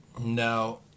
Now